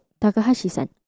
Takahashi-san